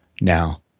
now